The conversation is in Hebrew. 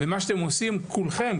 מה שאתם עושים כולכם,